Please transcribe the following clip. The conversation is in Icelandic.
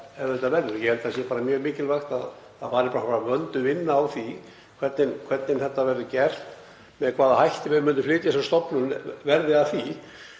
ef þetta verður. Ég held að það sé mjög mikilvægt að fram fari vönduð vinna í því hvernig þetta verður gert, með hvaða hætti við munum flytja þessa stofnun verði af því.